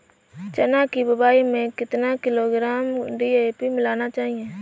चना की बुवाई में कितनी किलोग्राम डी.ए.पी मिलाना चाहिए?